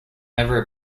never